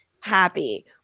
happy